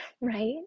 right